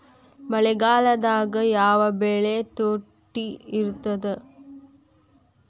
ಮಳೆಗಾಲದಾಗ ಯಾವ ಬೆಳಿ ತುಟ್ಟಿ ಇರ್ತದ?